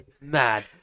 mad